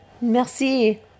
Merci